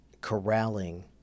corralling